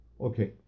Okay